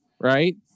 Right